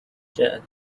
جاءت